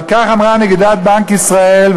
אבל כך אמרה נגידת בנק ישראל,